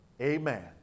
Amen